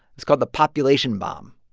it's called the population bomb.